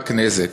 רק נזק.